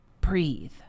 Breathe